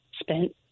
spent